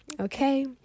okay